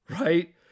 right